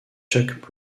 chuck